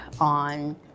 on